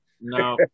No